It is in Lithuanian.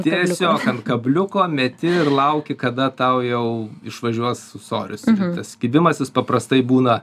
tiesiog ant kabliuko meti ir lauki kada tau jau išvažiuos ūsorius ir tas kibimas jis paprastai būna